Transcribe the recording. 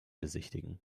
besichtigen